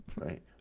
right